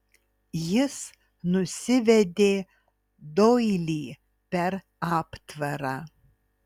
jis nusivedė doilį per aptvarą